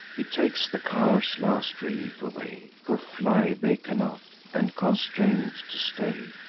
he takes the cowards' last relief away for fly they cannot, and, constrain'd to stay,